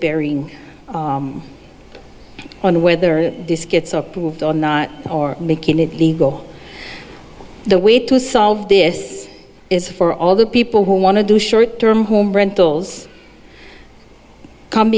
bearing on whether this gets approved or not or making it legal the way to solve this is for all the people who want to do short term home rentals come